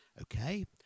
Okay